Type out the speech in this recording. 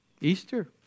Easter